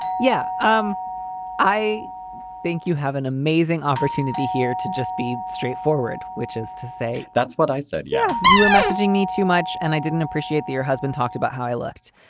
yeah, um i think you have an amazing opportunity here to just be straightforward, which is to say that's what i said yeah, you were messaging me too much, and i didn't appreciate that your husband talked about how i looked.